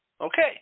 Okay